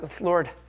Lord